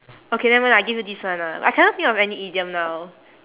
okay never mind lah I give you this one lah I cannot think of any idiom now